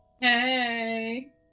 Hey